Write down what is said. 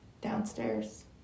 Downstairs